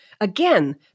Again